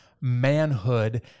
manhood